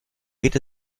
geht